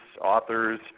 authors